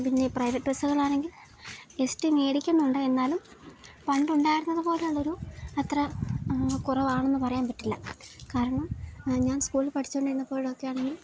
പിന്നെ പ്രൈവറ്റ് ബസ്സുകൾ ആണെങ്കിൽ എസ്ടി മേടിക്കുന്നുണ്ട് എന്നാലും പണ്ടുണ്ടായിരുന്നത് പോലുള്ള ഒരു അത്ര കുറവാണെന്ന് പറയാൻ പറ്റില്ല കാരണം ഞാൻ സ്കൂളിൽ പഠിച്ചു കൊണ്ടിരുന്നപ്പോഴൊക്കെ ആണെങ്കിൽ